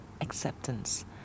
acceptance